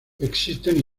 existen